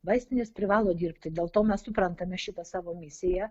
vaistinės privalo dirbti dėl to mes suprantame šitą savo misiją